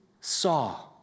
saw